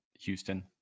Houston